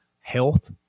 health